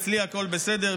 אצלי הכול בסדר.